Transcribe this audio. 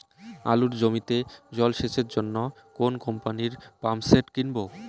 আলুর জমিতে জল সেচের জন্য কোন কোম্পানির পাম্পসেট কিনব?